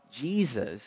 Jesus